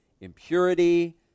impurity